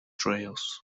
trails